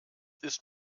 ist